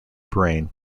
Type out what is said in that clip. brain